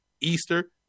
Easter